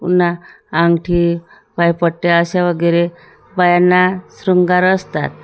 पुन्हा अंगठी पायपट्ट्या अशा वगैरे बायांना शृंगार असतात